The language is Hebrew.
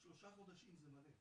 תוך שלושה חודשים זה מלא.